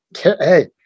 Hey